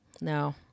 No